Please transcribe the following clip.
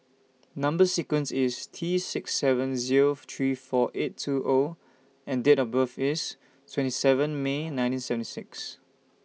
Number sequence IS T six seven Zero three four eight two O and Date of birth IS twenty seven May nineteen seven six